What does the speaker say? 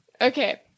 Okay